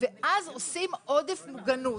ואז יוצרים עודף מוגנות,